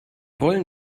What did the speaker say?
rollen